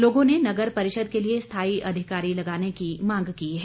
लोगों ने नगर परिषद के लिए स्थाई अधिकारी लगाने की मांग की है